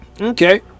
okay